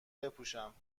بپوشم